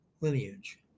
lineage